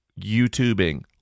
YouTubing